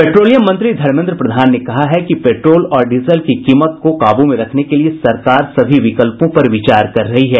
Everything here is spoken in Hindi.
पेट्रोलियम मंत्री धर्मेन्द्र प्रधान ने कहा है कि पेट्रोल और डीजल की कीमत को काबू में रखने के लिए सरकार सभी विकल्पों पर विचार कर रही है